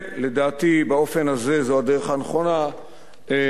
לדעתי, באופן הזה, זאת הדרך הנכונה להתקדם.